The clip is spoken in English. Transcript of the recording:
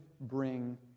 bring